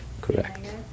Correct